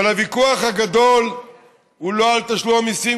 אבל הוויכוח הגדול הוא לא על תשלום המיסים,